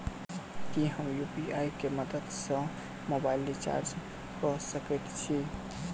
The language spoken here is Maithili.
की हम यु.पी.आई केँ मदद सँ मोबाइल रीचार्ज कऽ सकैत छी?